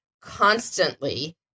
constantly